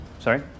Sorry